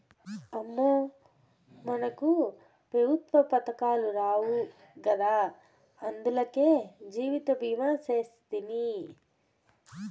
అమ్మో, మనకే పెఋత్వ పదకాలు రావు గదా, అందులకే జీవితభీమా సేస్తిని